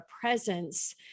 presence